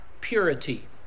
purity